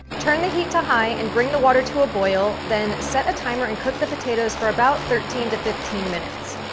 turn the heat to high and bring the water to a boil. then, set a timer and cook the potatoes for about thirteen to fifteen minutes.